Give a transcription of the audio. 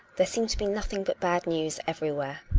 there seemed to be nothing but bad news everywhere.